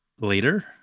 later